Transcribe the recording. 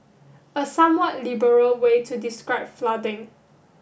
a somewhat liberal way to describe flooding